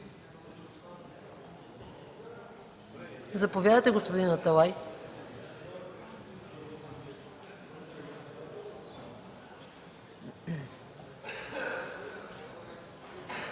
Заповядайте, господин Аталай,